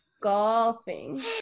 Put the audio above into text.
golfing